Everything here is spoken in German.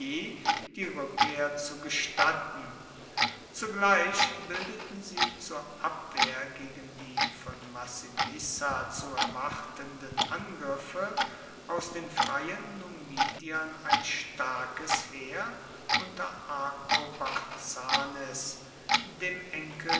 die rückkehr zu gestatten zugleich bildeten sie zur abwehr gegen die von massinissa zu erwartenden angriffe aus den freien numidiern ein starkes heer unter arkobarzanes dem enkel